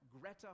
Greta